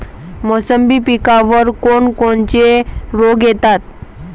मोसंबी पिकावर कोन कोनचे रोग येतात?